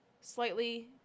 slightly